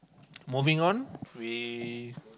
moving on we